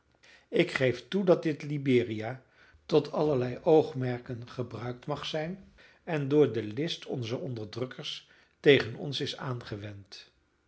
ik geef toe dat dit liberia tot allerlei oogmerken gebruikt mag zijn en door de list onzer onderdrukkers tegen ons is aangewend